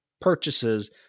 purchases